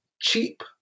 cheap